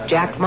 Jack